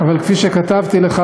אבל כפי שכתבתי לך,